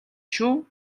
шүү